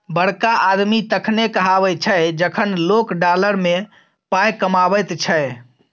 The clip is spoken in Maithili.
बड़का आदमी तखने कहाबै छै जखन लोक डॉलर मे पाय कमाबैत छै